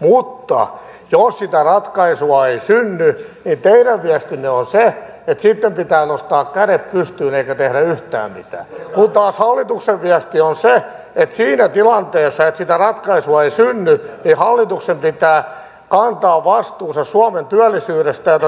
mutta jos sitä ratkaisua ei synny niin teidän viestinne on se että sitten pitää nostaa kädet pystyyn eikä tehdä yhtään mitään kun taas hallituksen viesti on se että siinä tilanteessa että sitä ratkaisua ei synny hallituksen pitää kantaa vastuunsa suomen työllisyydestä